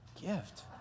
gift